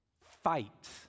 fight